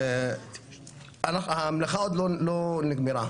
המלאכה עוד לא נגמרה.